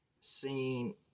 seen